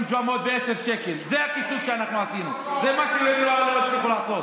מה זה אומר?